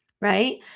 right